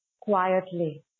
quietly